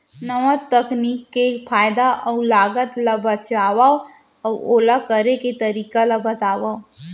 नवा तकनीक के फायदा अऊ लागत ला बतावव अऊ ओला करे के तरीका ला बतावव?